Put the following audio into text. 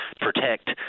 protect